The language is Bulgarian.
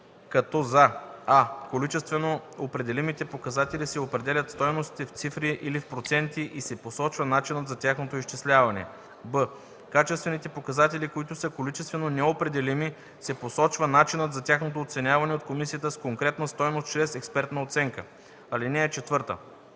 като за: а) количествено определимите показатели се определят стойностите в цифри или в проценти и се посочва начинът за тяхното изчисляване; б) качествените показатели, които са количествено неопределими, се посочва начинът за тяхното оценяване от комисията с конкретна стойност чрез експертна оценка. (4) Не се допуска